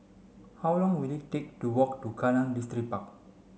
how long will it take to walk to Kallang Distripark